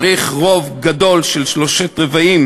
צריך רוב גדול של שלושה-רבעים